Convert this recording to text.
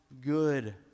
good